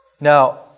Now